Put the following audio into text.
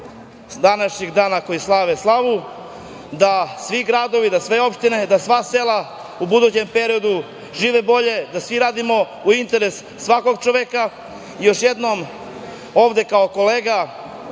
današnjeg dana koji slave slavu, da svi gradovi, da sve opštine, da sva sela u budućem periodu žive bolje, da svi radimo u interesu svakog čoveka. Još jednom ovde kao kolega,